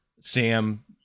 Sam